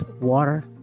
water